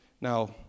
Now